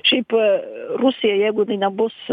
šiaip rusija jeigu jinai nebus